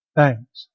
Thanks